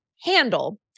handle